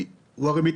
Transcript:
למשל,